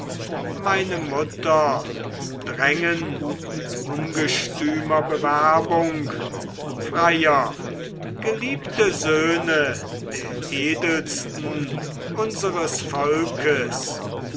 meine mutter umdrängen mit ungestümer bewerbung freier geliebte söhne der edelsten unseres volkes